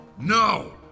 No